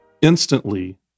Instantly